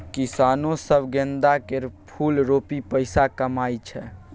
किसानो सब गेंदा केर फुल रोपि पैसा कमाइ छै